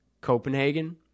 Copenhagen